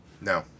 No